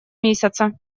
месяца